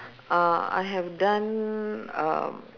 uh I have done uh